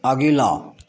अगिला